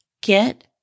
get